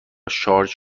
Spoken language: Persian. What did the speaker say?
شارژ